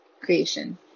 creation